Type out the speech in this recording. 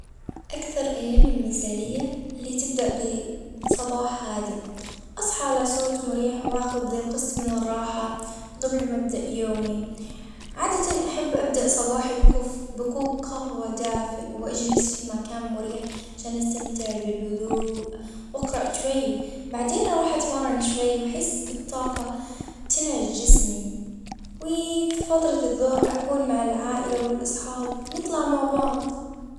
الايام المثالية اللي تبدأ صباح عادي اصحى على صوت مريح واخذ قسط من الراحة قبل مبدأ يومي عادة احب ابدأ صباحي بكوب قهوة دافيء وأجلس في مكان مريح عشان أستمتع بالهدوء واقرأ شوية وبعدين أروح أتمرن شوي وأحس بالطاقة تنعش جسمي وفترة الظهر اكون مع العائلة والاصحاب نطلع مع بعض.